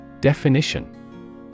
Definition